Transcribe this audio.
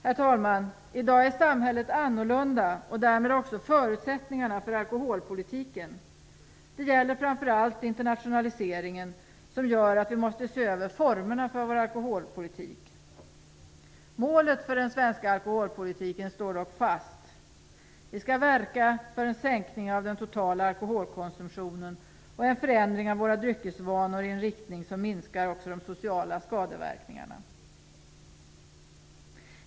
Herr talman! I dag är samhället annorlunda och därmed också förutsättningarna för alkoholpolitiken. Det gäller framför allt internationaliseringen, som gör att vi måste se över formerna för vår alkoholpolitik. Målet för den svenska alkoholpolitiken står dock fast. Vi skall verka för en sänkning av den totala alkoholkonsumtionen och en förändring av våra dryckesvanor i en riktning som gör att de sociala skadeverkningarna också minskar.